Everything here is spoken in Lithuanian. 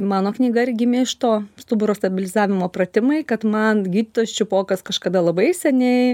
mano knyga ir gimė iš to stuburo stabilizavimo pratimai kad man gydytojas ščiupokas kažkada labai seniai